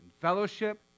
fellowship